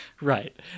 Right